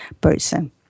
person